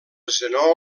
zenó